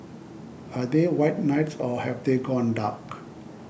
are they white knights or have they gone dark